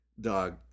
Dog